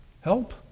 help